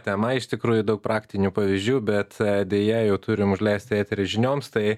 tema iš tikrųjų daug praktinių pavyzdžių bet deja jau turim užleist eterį žinioms tai